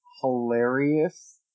Hilarious